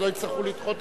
אז לא יצטרכו לדחות,